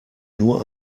nur